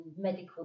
medical